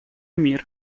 мир